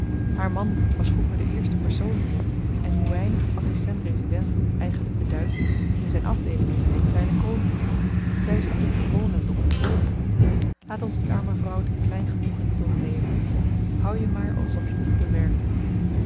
haar man was vroeger de eerste persoon hier en hoe weinig een adsistent resident eigenlyk beduidt in zyn afdeeling is hy een kleine koning zy is nog niet gewoon aan de onttrooning laat ons die arme vrouw dit klein genoegen niet ontnemen houd je maar alsof je t niet bemerkte